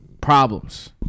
problems